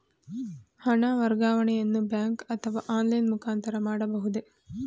ಹಣ ವರ್ಗಾವಣೆಯನ್ನು ಬ್ಯಾಂಕ್ ಅಥವಾ ಆನ್ಲೈನ್ ಮುಖಾಂತರ ಮಾಡಬಹುದೇ?